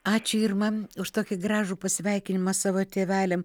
ačiū irma už tokį gražų pasveikinimą savo tėveliam